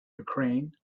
ukraine